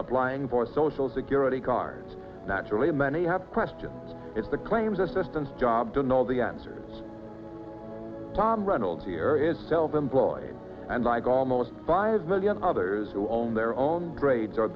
applying for social security cards naturally many have question if the claims assistance job don't know the answers tom reynolds here is self employed and i almost five million others who own their own grades